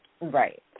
Right